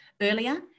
Earlier